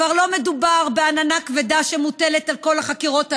כבר לא מדובר בעננה כבדה שמוטלת על כל החקירות הללו.